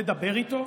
לדבר איתו,